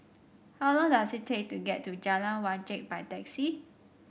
how long does it take to get to Jalan Wajek by taxi